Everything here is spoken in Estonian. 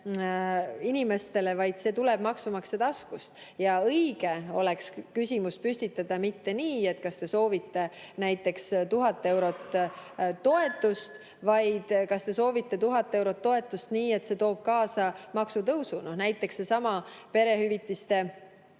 inimestele, vaid see tuleb maksumaksja taskust. Õige oleks küsimus püstitada mitte nii, et kas te soovite näiteks 1000 eurot toetust, vaid kas te soovite 1000 eurot toetust nii, et see toob kaasa maksutõusu. Näiteks on välja arvutatud,